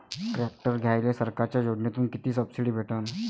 Tractor घ्यायले सरकारच्या योजनेतून किती सबसिडी भेटन?